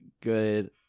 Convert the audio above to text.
Good